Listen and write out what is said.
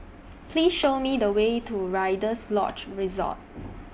Please Show Me The Way to Rider's Lodge Resort